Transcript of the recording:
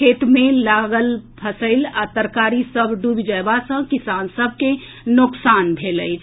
खेत मे लागल फसिल आ तरकारी डूबि जयबा सॅ किसान सभ के नोकसान भेल अछि